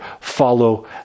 follow